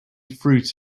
fruit